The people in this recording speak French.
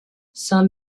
saint